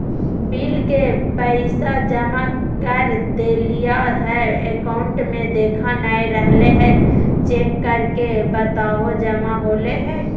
Bill के पैसा जमा कर देलियाय है पर अकाउंट में देखा नय रहले है, चेक करके बताहो जमा होले है?